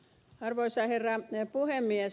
arvoisa herra puhemies